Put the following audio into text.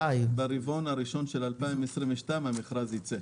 ברבעון הראשון של 2022 המכרז יצא.